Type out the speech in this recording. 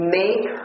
make